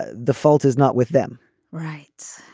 ah the fault is not with them right.